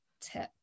tip